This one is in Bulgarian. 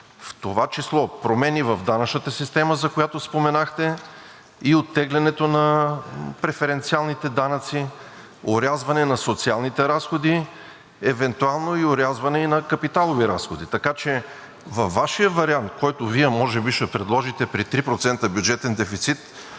в това число промени в данъчната система, за която споменахте, и оттеглянето на преференциалните данъци, орязване на социалните разходи, евентуално и орязване на капиталови разходи. Така че във Вашия вариант, който може би Вие ще предложите при 3% бюджетен дефицит,